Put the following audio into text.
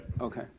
Okay